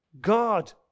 God